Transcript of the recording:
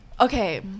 okay